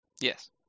Yes